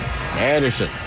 Anderson